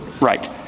Right